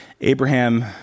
Abraham